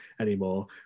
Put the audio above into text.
anymore